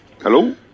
Hello